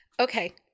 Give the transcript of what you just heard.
Okay